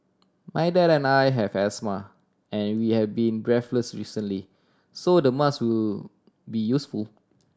my dad and I have asthma and we have been breathless recently so the mask will be useful